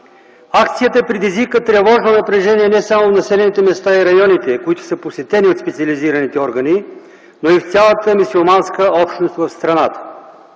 Акцията предизвика тревожно напрежение не само в населените места и районите, които са посетени от специализираните органи, но и в цялата мюсюлманска общност в страната.